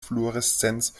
fluoreszenz